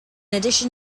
addition